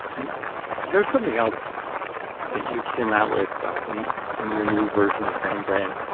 and there's something else that you came out with in in your new version of grain brain,